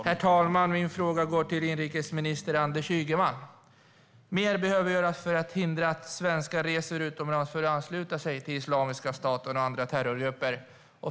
Herr talman! Min fråga går till inrikesminister Anders Ygeman. Det behöver göras mer för att hindra att svenskar reser utomlands för att ansluta sig till Islamiska staten och andra terrorgrupper.